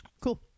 Cool